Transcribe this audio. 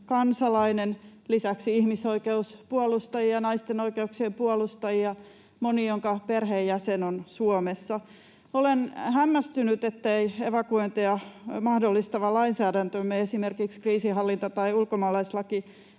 kansalainen, lisäksi ihmisoikeuspuolustajia ja naisten oikeuksien puolustajia, moni, jonka perheenjäsen on Suomessa. Olen hämmästynyt, ettei evakuointeja mahdollistava lainsäädäntömme, esimerkiksi kriisinhallinta‑ tai ulkomaalaislaki,